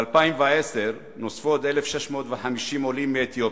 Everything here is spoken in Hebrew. ב-2010 נוספו עוד 1,650 עולים מאתיופיה.